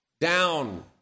down